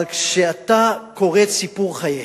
אבל כשאתה קורא את סיפור חייהם,